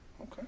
Okay